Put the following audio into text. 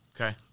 Okay